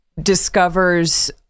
discovers